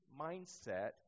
mindset